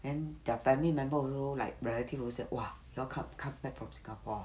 then their family member also like relative also say !wah! you all come come back singapore ah